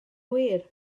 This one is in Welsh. wir